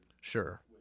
Sure